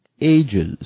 ages